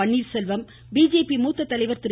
Panneerselvam BJP மூத்த தலைவர் திரு